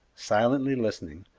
silently listening,